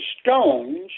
stones